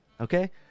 Okay